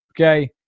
okay